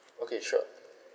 okay sure